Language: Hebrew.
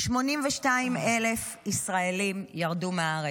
82,000 ישראלים ירדו מהארץ.